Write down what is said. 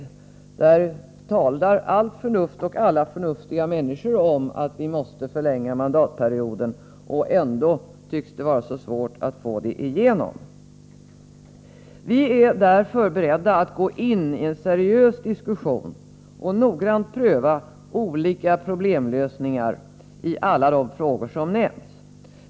I den frågan talar allt förnuft och alla förnuftiga människor om att vi måste förlänga mandatperioderna, och ändå tycks det vara så svårt att få igenom ett sådant beslut. Vi är därför beredda att gå in i en seriös diskussion och noggrant pröva olika problemlösningar i alla de frågor som nämnts.